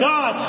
God